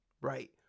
right